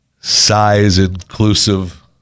size-inclusive